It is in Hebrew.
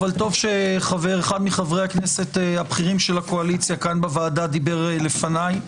אבל טוב שאחד מחברי הכנסת הבכירים של הקואליציה כאן בוועדה דיבר לפניי.